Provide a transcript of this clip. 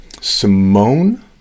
Simone